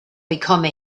become